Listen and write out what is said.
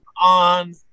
on